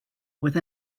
with